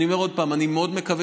אני אומר עוד פעם: אני מאוד מקווה